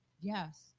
Yes